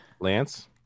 lance